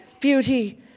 Beauty